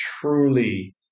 truly